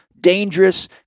dangerous